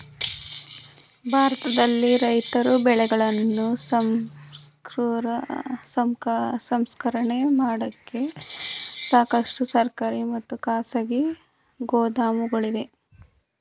ಭಾರತದಲ್ಲಿ ರೈತರ ಬೆಳೆಗಳನ್ನು ಸಂಸ್ಕರಣೆ ಮಾಡೋಕೆ ಸಾಕಷ್ಟು ಸರ್ಕಾರಿ ಮತ್ತು ಖಾಸಗಿ ಗೋದಾಮುಗಳಿವೆ